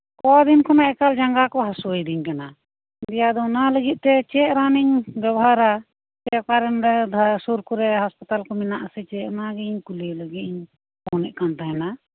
ᱠᱚ ᱫᱤᱱ ᱠᱷᱚᱱᱟᱜ ᱮᱠᱟᱞ ᱡᱟᱸᱜᱟ ᱠᱚ ᱦᱟᱥᱩᱭᱤᱫᱤᱧ ᱠᱟᱱᱟ ᱫᱤᱭᱮ ᱚᱱᱟ ᱞᱟᱜᱤᱜ ᱛᱮ ᱪᱮᱜ ᱨᱟᱱᱤᱧ ᱵᱮᱵᱚᱦᱟᱨᱟ ᱥᱮ ᱚᱠᱟᱨᱮ ᱱᱚᱰᱮ ᱥᱩᱨ ᱠᱚᱨᱮ ᱦᱟᱥᱯᱟᱛᱟᱞ ᱠᱚ ᱢᱮᱱᱟᱜᱼᱟ ᱥᱮ ᱪᱮᱫ ᱚᱱᱟ ᱜᱮ ᱠᱩᱞᱤ ᱞᱟᱹᱜᱤᱫ ᱤᱧ ᱯᱷᱳᱱᱮᱫ ᱠᱟᱱ ᱛᱟᱦᱮᱸᱱᱟ